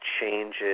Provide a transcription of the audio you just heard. changes